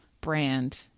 brand